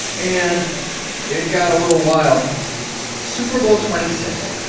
and it got a little wild super bowl twenty six.